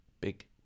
big